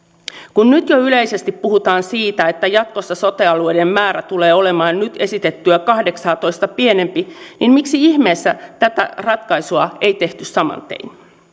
kun nyt jo yleisesti puhutaan siitä että jatkossa sote alueiden määrä tulee olemaan nyt esitettyä kahdeksaatoista pienempi niin miksi ihmeessä tätä ratkaisua ei tehty saman tien